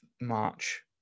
March